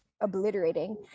obliterating